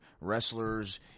wrestlers